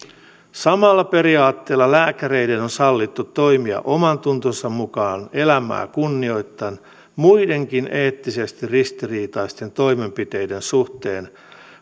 samalla periaatteella lääkäreiden on sallittu toimia omantuntonsa mukaan elämää kunnioittaen muidenkin eettisesti ristiriitaisten toimenpiteiden suhteen